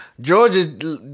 Georgia